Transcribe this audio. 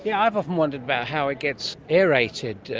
yeah i've often wondered about how it gets aerated,